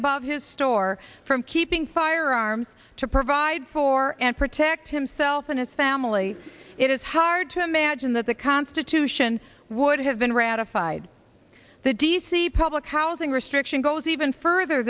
above his store from keeping firearms to provide for and protect himself and his family it is hard to imagine that the constitution would have been ratified the d c public housing restriction goes even further